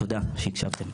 תודה שהקשבתם.